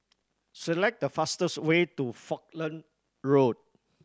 select the fastest way to Falkland Road